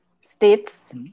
States